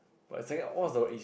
but the second what's the word it